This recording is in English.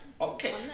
okay